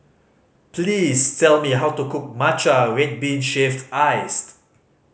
please tell me how to cook matcha red bean shaved iced